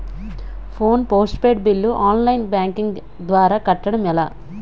Phone post paid bill online banking ద్వారా కట్టడం ఎలా?